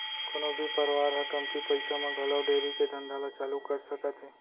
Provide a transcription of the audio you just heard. कोनो भी परवार ह कमती पइसा म घलौ डेयरी के धंधा ल चालू कर सकत हे